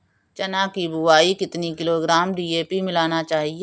चना की बुवाई में कितनी किलोग्राम डी.ए.पी मिलाना चाहिए?